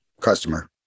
customer